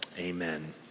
Amen